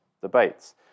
debates